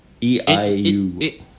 E-I-U